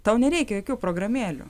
tau nereikia jokių programėlių